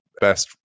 best